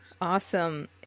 Awesome